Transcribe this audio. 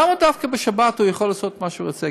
למה דווקא בשבת הוא יכול לעשות מה שהוא רוצה?